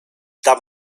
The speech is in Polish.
tam